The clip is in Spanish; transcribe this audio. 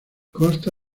consta